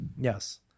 Yes